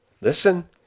Listen